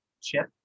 chip